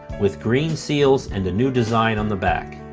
with green seals and a new design on the back.